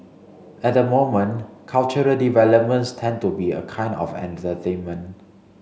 at the moment cultural developments tend to be a kind of entertainment